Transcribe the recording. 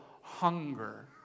hunger